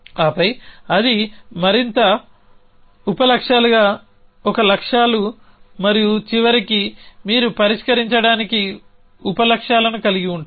ఆపై అది మరింత ఉప లక్ష్యాలుగా ఒక లక్ష్యాలు మరియు చివరికి మీరు పరిష్కరించడానికి ఉప లక్ష్యాలను కలిగి ఉంటారు